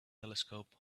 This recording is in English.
telescope